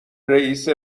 رئیس